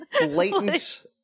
Blatant